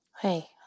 hey